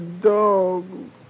dog